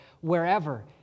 wherever